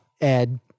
Ed